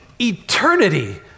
eternity